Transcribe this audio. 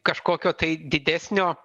kažkokio tai didesnio